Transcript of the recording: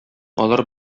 алар